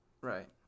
right